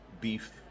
beef